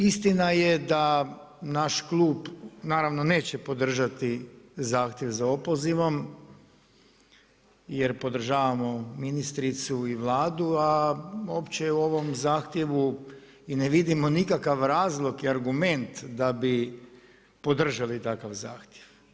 Istina je da naš klub naravno neće podržati Zahtjev za opozivom jer podržavamo ministricu i Vladu a opće u ovom zahtjevu i ne vidimo nikakav razlog i argument da bi podržali takav Zahtjev.